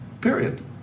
period